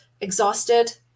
exhausted